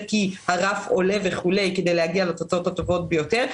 כי הרף עולה וכו' כדי להגיע לתוצאות הטובות ביותר,